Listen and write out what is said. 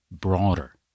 broader